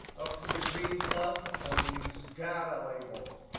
up to the green plus. i'm going to use data labels.